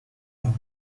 homme